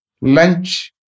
lunch